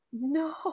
No